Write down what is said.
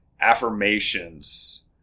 Affirmations